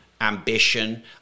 ambition